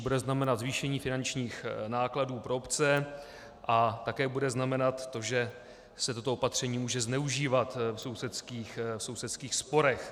Bude znamenat zvýšení finančních nákladů pro obce a také bude znamenat to, že se toto opatření může zneužívat v sousedských sporech.